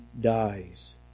dies